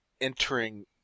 entering